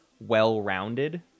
well-rounded